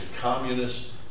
communist